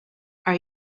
are